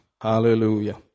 Hallelujah